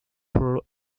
for